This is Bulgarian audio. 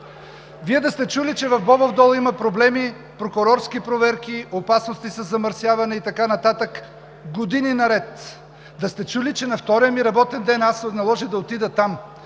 Вие да сте чули, че в Бобов дол има проблеми – прокурорски проверки, опасности със замърсяване и така нататък години наред?! Да сте чули, че на втория ми работен ден се наложи да отида там